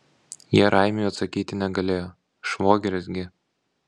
jie raimiui atsakyti negalėjo švogeris gi